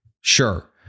Sure